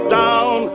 down